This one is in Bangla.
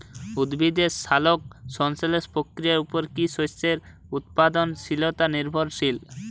উদ্ভিদের সালোক সংশ্লেষ প্রক্রিয়ার উপর কী শস্যের উৎপাদনশীলতা নির্ভরশীল?